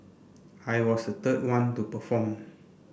I was the third one to perform